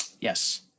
yes